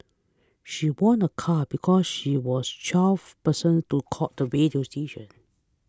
she won a car because she was twelfth person to call the radio station